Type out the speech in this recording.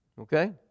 Okay